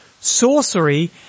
sorcery